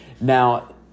Now